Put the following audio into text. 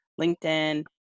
LinkedIn